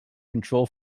control